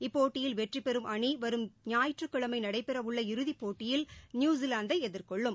இப்போட்டியில் வெற்றிபெறும் அணிவரும் ஞாயிற்றுக்கிழமைநடைபெறவுள்ள இறதிப்போட்டியில் நியூஸிலாந்தைஎதிர்கொள்ளும்